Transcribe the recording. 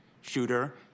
shooter